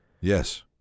Yes